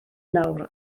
nawr